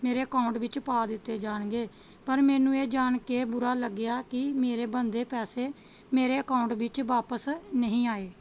ਮੇਰੇ ਅਕਾਊਂਟ ਵਿੱਚ ਪਾ ਦਿੱਤੇ ਜਾਣਗੇ ਪਰ ਮੈਨੂੰ ਇਹ ਜਾਣ ਕੇ ਬੁਰਾ ਲੱਗਿਆ ਕਿ ਮੇਰੇ ਬਣਦੇ ਪੈਸੇ ਮੇਰੇ ਅਕਾਊਂਟ ਵਿੱਚ ਵਾਪਸ ਨਹੀਂ ਆਏ